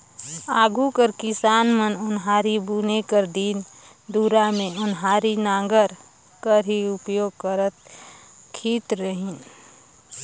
आघु कर किसान मन ओन्हारी बुने कर दिन दुरा मे ओन्हारी नांगर कर ही परियोग करत खित रहिन